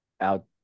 out